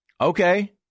Okay